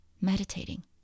meditating